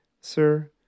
Sir